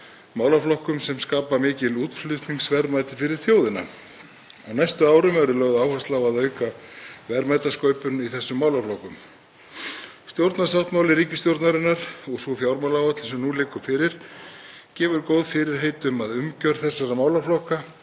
málaflokka sem skapa mikil útflutningsverðmæti fyrir þjóðina. Á næstu árum verður lögð áhersla á að auka verðmætasköpun í þessum málaflokkum. Stjórnarsáttmáli ríkisstjórnarinnar og sú fjármálaáætlun sem nú liggur fyrir gefur góð fyrirheit um að umgjörð þessara málaflokka